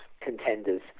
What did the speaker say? contenders